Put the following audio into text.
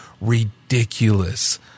ridiculous